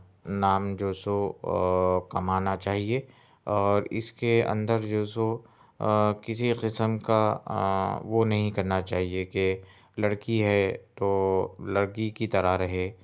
آں نام جو سو کمانا چاہیے اور اِس کے اندر جو سو کسی قسم کا وہ نہیں کرنا چاہئے کہ لڑکی ہے تو لڑکی کی طرح رہے